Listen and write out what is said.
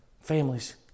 families